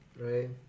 Right